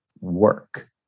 work